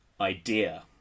idea